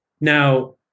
Now